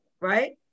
right